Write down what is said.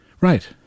Right